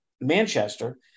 Manchester